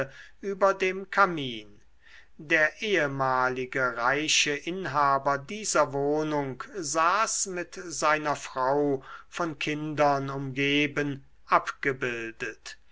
über dem kamin der ehmalige reiche inhaber dieser wohnung saß mit seiner frau von kindern umgeben abgebildet